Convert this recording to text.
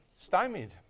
Stymied